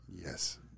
Yes